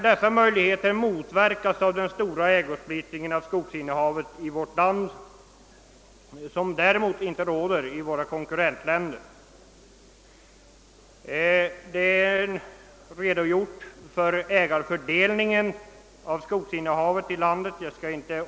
Dessa möjligheter motverkas av den stora ägosplittringen av skogsinnehavet i vårt land som däremot inte råder i våra konkurrentländer. Ägofördelningen av skogsinnehavet här i landet har man redogjort för här.